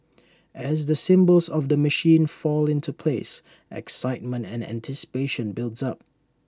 as the symbols of the machine fall into place excitement and anticipation builds up